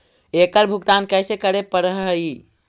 एकड़ भुगतान कैसे करे पड़हई?